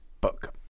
book